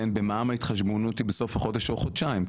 במע"מ ההתחשבנות היא בסוף חודש או חודשיים,